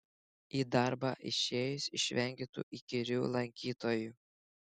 į darbą išėjus išvengi tų įkyrių lankytojų